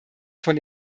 von